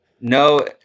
no